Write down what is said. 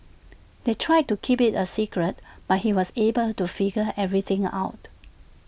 they tried to keep IT A secret but he was able to figure everything out